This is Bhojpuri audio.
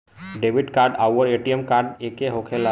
डेबिट कार्ड आउर ए.टी.एम कार्ड एके होखेला?